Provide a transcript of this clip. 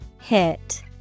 Hit